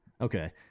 okay